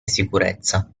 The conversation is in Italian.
sicurezza